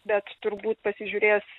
bet turbūt pasižiūrės